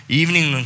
evening